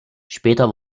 später